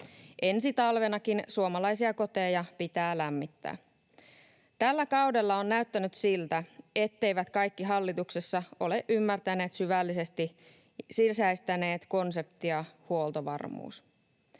Ensi talvenakin suomalaisia koteja pitää lämmittää. Tällä kaudella on näyttänyt siltä, etteivät kaikki hallituksessa ole ymmärtäneet syvällisesti, sisäistäneet konseptia ”huoltovarmuus”.